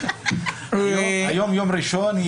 היום יום ראשון,